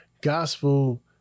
gospel